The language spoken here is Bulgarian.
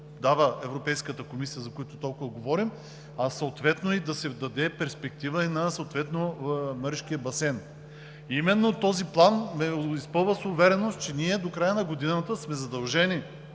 Европейската комисия, за които толкова говорим, а съответно да се даде перспектива и на Маришкия басейн. Именно този план ме изпълва с увереност, че до края на годината сме задължени